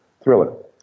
thriller